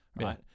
Right